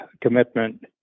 commitment